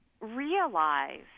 realize